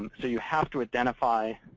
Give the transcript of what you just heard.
so you have to identify,